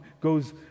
goes